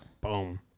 Boom